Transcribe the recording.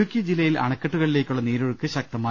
ഇടുക്കി ജില്ലയിൽ അണക്കെട്ടുകളിലേക്കുള്ള നീരൊഴുക്ക് ശക്തമായി